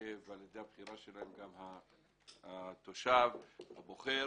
ועל-ידי הבחירה שלהם התושב, הבוחר,